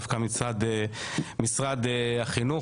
דווקא מצד משרד החינוך.